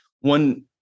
One